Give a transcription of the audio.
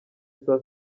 saa